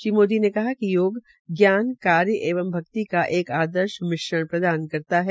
श्री मोदी ने कहा कि योग ज्ञान कार्यएवं भक्ति का एक आदर्श मिश्रण प्रदान करता है